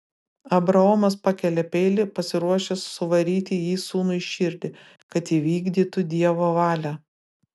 abraomas pakelia peilį pasiruošęs suvaryti jį sūnui į širdį kad įvykdytų dievo valią